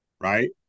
right